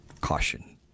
caution